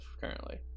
currently